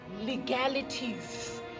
legalities